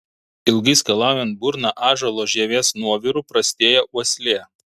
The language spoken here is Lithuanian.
ilgai skalaujant burną ąžuolo žievės nuoviru prastėja uoslė